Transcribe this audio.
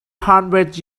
hundred